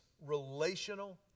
relational